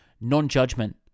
Non-judgment